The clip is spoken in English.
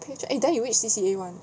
eh then you which C_C_A [one]